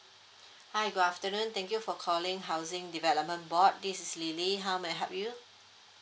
hi good afternoon thank you for calling housing development board this is lily how may I help you